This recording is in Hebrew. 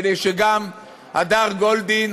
כדי שגם הדר גולדין